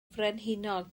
frenhinol